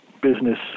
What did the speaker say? business